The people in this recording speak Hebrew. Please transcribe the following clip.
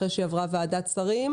אחרי שהיא עברה ועדת שרים.